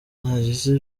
nagize